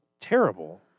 terrible